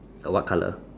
uh what colour